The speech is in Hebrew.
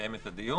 לקיים את הדיון,